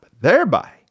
thereby